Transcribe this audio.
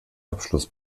abschluss